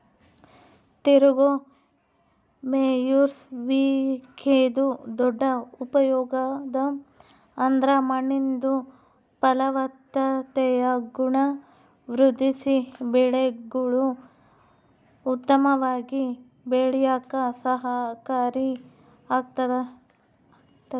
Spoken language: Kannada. ತಿರುಗೋ ಮೇಯ್ಸುವಿಕೆದು ದೊಡ್ಡ ಉಪಯೋಗ ಅಂದ್ರ ಮಣ್ಣಿಂದು ಫಲವತ್ತತೆಯ ಗುಣ ವೃದ್ಧಿಸಿ ಬೆಳೆಗುಳು ಉತ್ತಮವಾಗಿ ಬೆಳ್ಯೇಕ ಸಹಕಾರಿ ಆಗ್ತತೆ